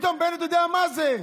פתאום בנט יודע מה זה,